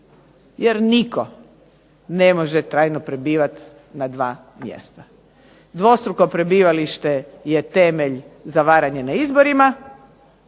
Jer nitko ne može trajno prebivati na dva mjesta. Dvostruko prebivalište je temelj za varanje na izborima